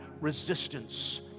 resistance